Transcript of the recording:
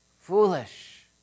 foolish